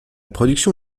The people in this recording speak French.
production